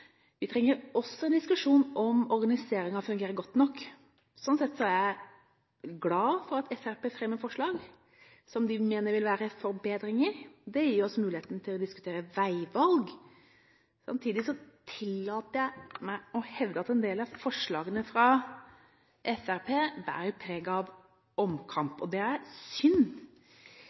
Vi trenger også en diskusjon om hvorvidt organiseringen fungerer godt nok. Slik sett er jeg glad for at Fremskrittspartiet fremmer forslag som de mener vil være forbedringer. Det gir oss muligheten til å diskutere veivalg. Samtidig tillater jeg meg å hevde at en del av forslagene fra Fremskrittspartiet bærer preg av omkamp. Det er synd,